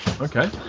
Okay